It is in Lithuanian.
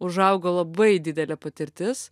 užaugo labai didelė patirtis